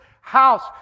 house